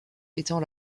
étant